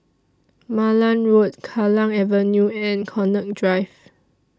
Malan Road Kallang Avenue and Connaught Drive